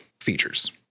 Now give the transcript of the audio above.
features